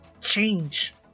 change